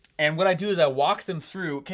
and what i do is i walk them through, okay,